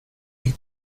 you